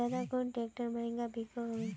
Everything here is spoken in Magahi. ज्यादा कुन ट्रैक्टर महंगा बिको होबे?